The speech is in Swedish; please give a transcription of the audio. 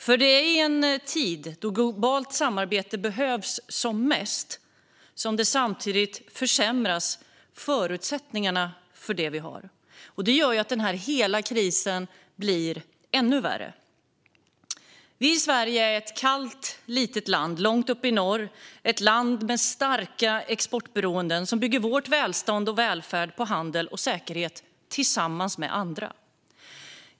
I en tid då ett globalt samarbete behövs som mest försämras samtidigt förutsättningarna för det vi har. Det gör att hela krisen blir ännu värre. Vi i Sverige bor i ett kallt litet land, långt upp i norr. Det är ett land som är starkt exportberoende, och vi bygger vårt välstånd och vår välfärd på handel och säkerhet tillsammans med andra.